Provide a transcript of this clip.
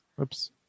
Oops